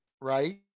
right